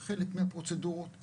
ניסוח של משפטן שמנסה לקרוא את זה.